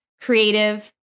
creative